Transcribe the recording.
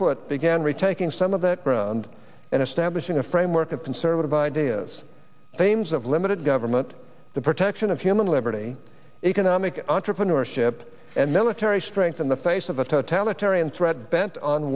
retaking some of that ground in establishing a framework of conservative ideas aims of limited government the protection of human liberty economic entrepreneurship and military strength in the face of a totalitarian threat bent on